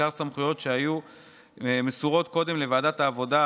בעיקר סמכויות שהיו מסורות קודם לוועדת העבודה,